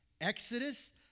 Exodus